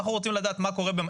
אנחנו רוצים לדעת מה קורה.